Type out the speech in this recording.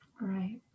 right